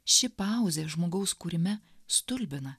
ši pauzė žmogaus kūrime stulbina